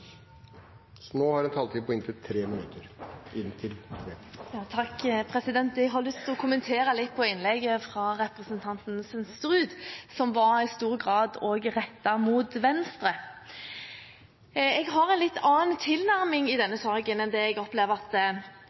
så er jeg innstilt på å følge opp det forslaget. Replikkordskiftet er omme. De talere som heretter får ordet, har en taletid på inntil 3 minutter. Jeg har lyst til å kommentere innlegget fra representanten Sønsterud, som i stor grad var rettet mot Venstre. Jeg har en litt annen tilnærming i denne saken enn det jeg opplever at